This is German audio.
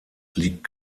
liegt